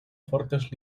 fortes